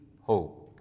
hope